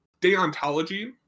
deontology